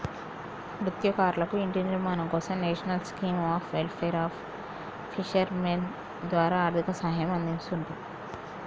మత్స్యకారులకు ఇంటి నిర్మాణం కోసం national scheme of welfare of fishermen ద్వారా ఆర్థిక సహాయం అందిస్తున్రు